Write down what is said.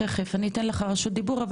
תיכף אני אתן לך רשות דיבור,